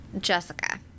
jessica